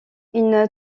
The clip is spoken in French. une